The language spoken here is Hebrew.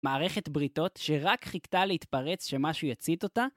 מערכת בריתות שרק חיכתה להתפרץ שמשהו יצית אותה?